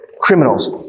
criminals